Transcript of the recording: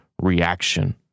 reaction